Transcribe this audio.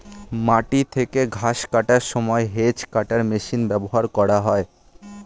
মাটি থেকে ঘাস কাটার সময় হেজ্ কাটার মেশিন ব্যবহার করা হয়